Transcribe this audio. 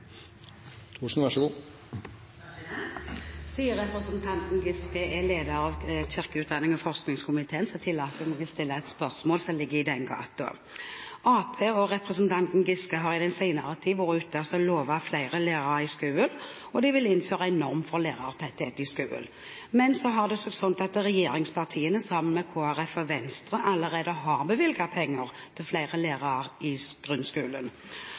leder av kirke-, utdannings- og forskningskomiteen, tillater jeg meg å stille et spørsmål som ligger i den gaten. Arbeiderpartiet og representanten Giske har i den senere tid vært ute og lovet flere lærere i skolen, og de vil innføre en norm for lærertetthet i skolen. Men så har det seg slik at regjeringspartiene, sammen med Kristelig Folkeparti og Venstre, allerede har bevilget penger til flere lærere i grunnskolen.